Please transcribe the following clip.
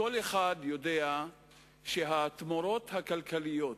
כל אחד יודע שהתמורות הכלכליות,